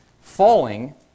falling